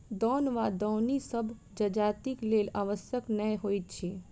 दौन वा दौनी सभ जजातिक लेल आवश्यक नै होइत अछि